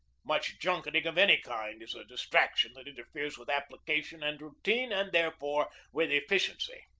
much junketing of any kind is a distraction that interferes with application and routine, and therefore with efficiency.